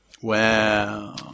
Wow